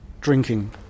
drinking